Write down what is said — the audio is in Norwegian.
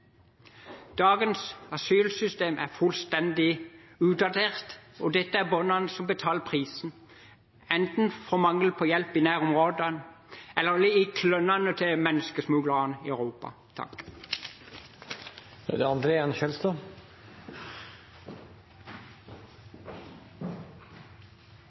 Dagens asylsystem er fullstendig utdatert, og det er barna som betaler prisen – enten for mangel på hjelp i nærområdet eller i klørne på menneskesmuglere i Europa.